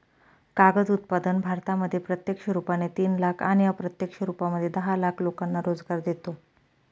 कागद उत्पादन भारतामध्ये प्रत्यक्ष रुपाने तीन लाख आणि अप्रत्यक्ष रूपामध्ये दहा लाख लोकांना रोजगार देतो